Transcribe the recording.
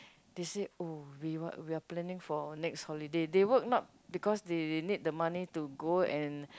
they said oh we were we are planning for next holiday they work not because they need the money to go and